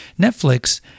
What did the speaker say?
Netflix